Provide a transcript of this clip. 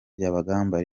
byabagamba